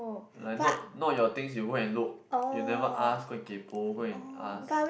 like not not your things you go and look you never ask go and kaypo go and ask